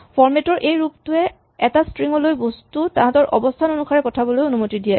format ৰ এই ৰূপটোৱে এটা স্ট্ৰিং লৈ বস্তু তাহাঁতৰ অৱস্হান অনুসাৰে পঠাবলৈ অনুমতি দিয়ে